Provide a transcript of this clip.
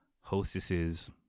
Hostesses